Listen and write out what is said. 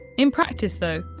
in practice, though,